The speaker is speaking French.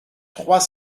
trois